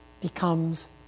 becomes